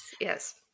yes